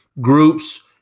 groups